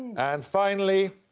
and finally.